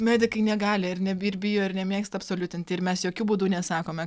medikai negali ir nebi ir bijo ir nemėgsta absoliutinti ir mes jokiu būdu nesakome